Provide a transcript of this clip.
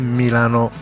milano